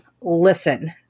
Listen